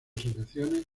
asociaciones